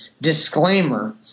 disclaimer